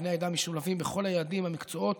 בני העדה משולבים בכל היעדים והמקצועות